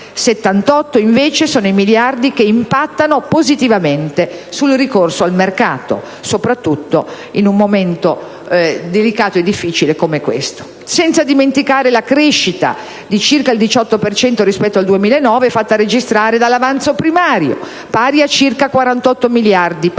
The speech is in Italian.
78, invece, i miliardi che impattano positivamente sul ricorso al mercato, soprattutto in un momento delicato e difficile come quello che stiamo vivendo; senza dimenticare la crescita di circa il 18 per cento rispetto al 2009 fatta registrare dell'avanzo primario pari a circa 48 miliardi, poco più del